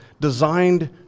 designed